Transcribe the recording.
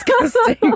disgusting